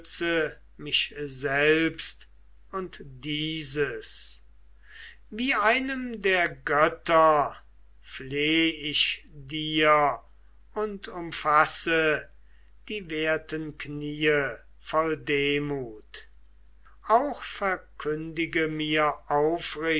mich selbst und dieses wie einem der götter fleh ich dir und umfasse die werten kniee voll demut auch verkündige mir